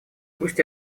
пусть